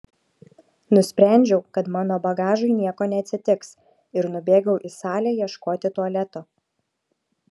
nusprendžiau kad mano bagažui nieko neatsitiks ir nubėgau į salę ieškoti tualeto